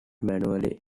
manually